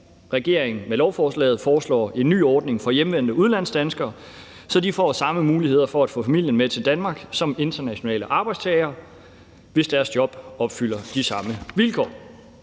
regeringen med lovforslaget foreslår en ny ordning for hjemvendte udlandsdanskere, så de får samme muligheder for at få familien med til Danmark som internationale arbejdstagere, hvis deres job opfylder de samme vilkår.